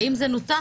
האם זה נותח